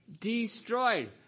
destroyed